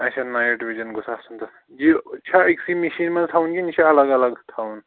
اَچھا night vision گوٚژھ آسُن تَتھ یہِ چھا أکۍسٕے مِشیٖن منٛز تھاوُن کِنہٕ یہِ چھُ الگ الگ تھاوُن